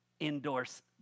endorse